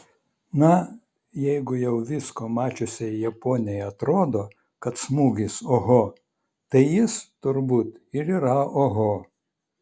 na jeigu jau visko mačiusiai japonei atrodo kad smūgis oho tai jis turbūt ir yra oho